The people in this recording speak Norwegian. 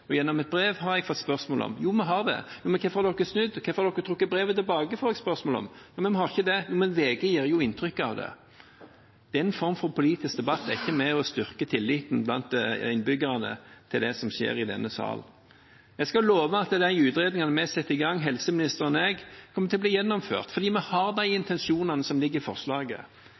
og gjennom et brev? Det har jeg fått spørsmål om. Jo, vi har det. Men hvorfor har dere snudd, hvorfor har dere trukket brevet tilbake? Det får jeg spørsmål om. Nei, vi har ikke det, men VG gir jo inntrykk av det. Det er en form for politisk debatt som ikke er med på styrke tilliten blant innbyggerne til det som skjer i denne salen. Jeg skal love at de utredningene som helseministeren og jeg setter i gang, kommer til å bli gjennomført, fordi vi har de intensjonene som ligger i forslaget.